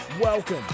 Welcome